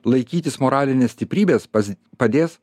laikytis moralinės stiprybės pas padės